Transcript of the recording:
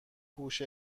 هوش